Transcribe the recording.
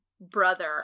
brother